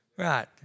Right